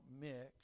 mix